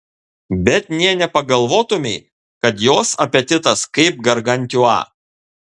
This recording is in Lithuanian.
bet nė nepagalvotumei kad jos apetitas kaip gargantiua